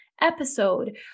episode